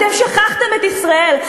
אתם שכחתם את ישראל.